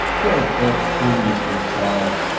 don't talk foolishly, child,